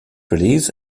release